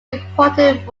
important